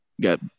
got